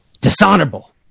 Dishonorable